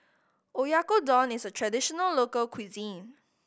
oyakodon is a traditional local cuisine